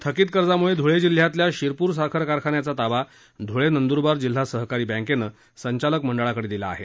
थकित कर्जामुळे धुळे जिल्ह्यातल्या शिरपूर साखर कारखान्याचा ताबा धुळे नंदूरबार जिल्हा सहकारी बँकेनं संचालक मंडळाकडे दिला आहे